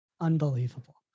unbelievable